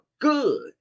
good